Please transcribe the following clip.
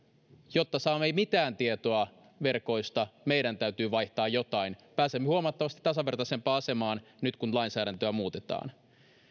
jotta saamme mitään tietoa verkoista meidän täytyy vaihtaa jotain pääsemme huomattavasti tasavertaisempaan asemaan nyt kun lainsäädäntöä muutetaan